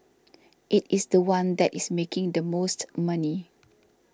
it is the one that is making the most money